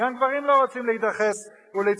גם גברים לא רוצים להידחס ולהצטופף.